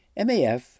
MAF